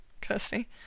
Kirsty